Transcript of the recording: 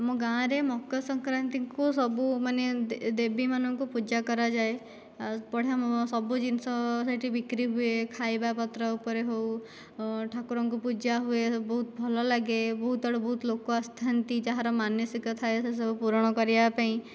ଆମ ଗାଁରେ ମକର ସଂକ୍ରାନ୍ତିକୁ ସବୁ ମାନେ ଦେବୀ ମାନଙ୍କୁ ପୂଜା କରାଯାଏ ଆଉ ବଢ଼ିଆ ସବୁ ଜିନିଷ ସେଠି ବିକ୍ରି ହୁଏ ଖାଇବା ପତ୍ର ଉପରେ ହେଉ ଠାକୁରଙ୍କ ପୂଜା ହୁଏ ବହୁତ ଭଲ ଲାଗେ ବହୁତ ଆଡ଼ୁ ବହୁତ ଲୋକ ଆସିଥାନ୍ତି ଯାହାର ମାନସିକ ଥାଏ ସେ ସବୁ ପୂରଣ କରିବା ପାଇଁ